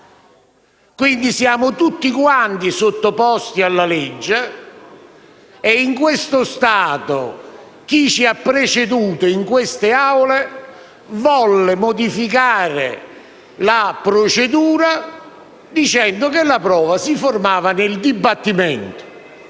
e siamo tutti quanti sottoposti alla legge e in questo contesto, coloro che ci hanno preceduto in queste Aule vollero modificare la procedura stabilendo che la prova si forma nel dibattimento.